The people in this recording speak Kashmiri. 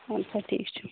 آد سا ٹھیٖک چھُ